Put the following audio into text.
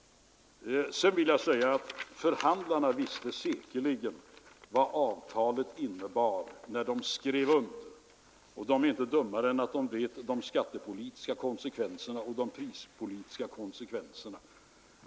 Sedan vill jag säga att förhandlarna säkerligen visste vad avtalet innebar när de skrev under, och de är inte dummare än att de vet de skattepolitiska och prispolitiska konsekvenserna.